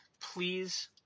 please